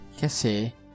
Kasi